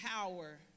power